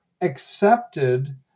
accepted